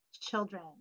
children